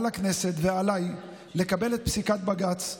על הכנסת ועליי לקבל את פסיקת בג"ץ,